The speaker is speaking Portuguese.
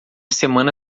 semana